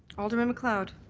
alderman macleod?